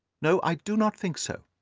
no, i do not think so.